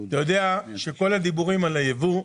אתה יודע שכל הדיבורים על הייבוא,